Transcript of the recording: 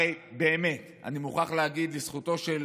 הרי באמת, אני מוכרח להגיד לזכותו של